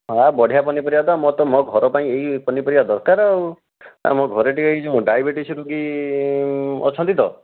ବଢ଼ିଆ ପନିପରିବା ତ ମୋର ତ ମୋ ଘର ପାଇଁ ଏଇ ପନିପରିବା ଦରକାର ଆଉ ଆଉ ମୋ ଘରେ ଟିକିଏ ଏ ଯେଉଁ ଡାଇବେଟିସ୍ ରୋଗୀ ଅଛନ୍ତି ତ